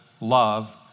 love